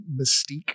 mystique